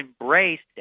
embraced